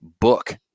book